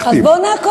אז בוא נעקוב אחרי זה.